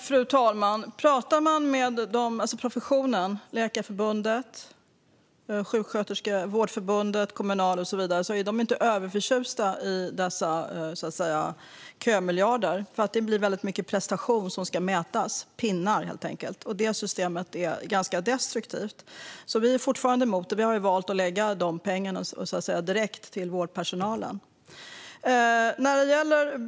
Fru talman! Pratar man med professionen, Läkarförbundet, Vårdförbundet och Kommunal, är de inte överförtjusta i dessa kömiljarder. Det blir mycket prestation som ska mätas - pinnar, helt enkelt. Det systemet är destruktivt. Vi är fortfarande emot det, och vi har valt att lägga de pengarna direkt till vårdpersonalen.